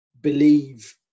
believe